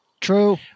true